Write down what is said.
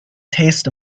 taste